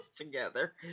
together